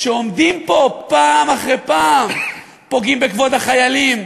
שעומדים פה פעם אחרי פעם ופוגעים בכבוד החיילים,